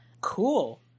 Cool